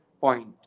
point